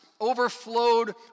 overflowed